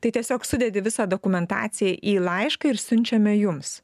tai tiesiog sudedi visą dokumentaciją į laišką ir siunčiame jums